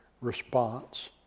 response